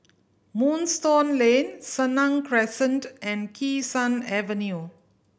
Moonstone Lane Senang Crescent and Kee Sun Avenue